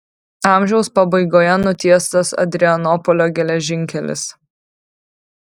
amžiaus pabaigoje nutiestas adrianopolio geležinkelis